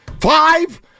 Five